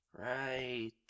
Right